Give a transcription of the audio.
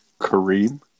Kareem